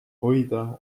hoida